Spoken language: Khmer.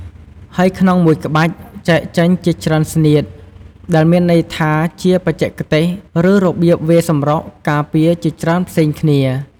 ហើយក្នុងមួយក្បាច់ ចែកចេញជាច្រើន "ស្នៀត" ដែលមានន័យថាជាបច្ចេកទេស ឬរបៀបវាយសម្រុកការពារជាច្រើនផ្សេងគ្នា។